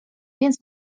więc